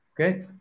okay